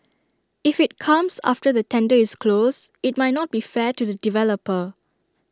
if IT comes after the tender is closed IT might not be fair to the developer